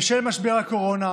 בשל משבר הקורונה,